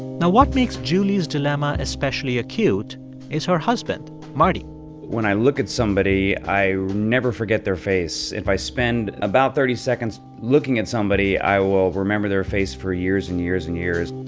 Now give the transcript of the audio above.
now what makes julie's dilemma especially acute is her husband marty when i look at somebody i never forget their face. if i spend about thirty seconds looking at somebody, i will remember their face for years and years and years